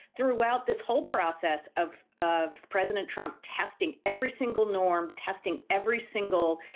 throughout this whole process of of president trump testing every single norm, testing every single